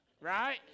Right